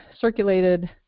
circulated